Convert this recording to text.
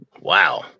Wow